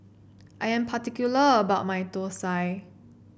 I am particular about my thosai